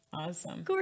Awesome